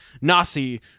Nasi